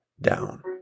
down